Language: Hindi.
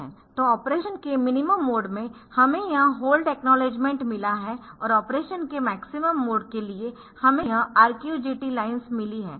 तो ऑपरेशन के मिनिमम मोड में हमें यह होल्ड एकनॉलेजमेन्ट मिला है और ऑपरेशन के मैक्सिमम मोड के लिए हमें यह RQ GT लाइन्स मिली है